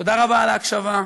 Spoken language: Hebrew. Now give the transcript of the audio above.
תודה רבה על ההקשבה.